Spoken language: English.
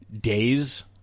days